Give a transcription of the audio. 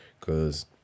cause